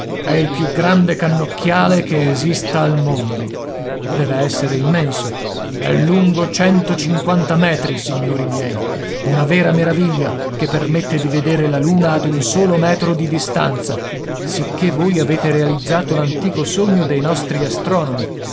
è il più grande cannocchiale che esista al mondo deve essere immenso è lungo centocinquanta metri signori miei una vera meraviglia che permette di vedere la luna ad un solo metro di distanza sicché voi avete realizzato l'antico sogno dei nostri astronomi